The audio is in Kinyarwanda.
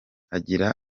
agira